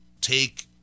take